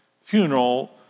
funeral